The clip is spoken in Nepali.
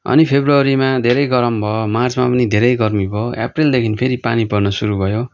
अनि फेब्रवरीमा धेरै गरम भ मार्चमा पनि धेरै गर्मी भ एप्रेलदेखिन् फेरि पानी पर्नु सुरु भयो